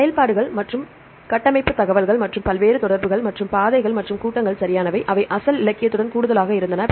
செயல்பாடுகள் மற்றும் கட்டமைப்பு தகவல்கள் மற்றும் பல்வேறு தொடர்புகள் மற்றும் பாதைகள் மற்றும் கூட்டங்கள் சரியானவை அவை அசல் இலக்கியத்துடன் கூடுதலாக இருந்தன